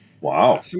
wow